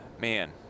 man